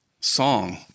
song